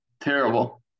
terrible